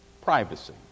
privacy